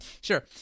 sure